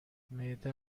معده